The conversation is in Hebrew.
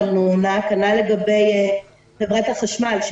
כנ"ל לגבי חברת החשמל,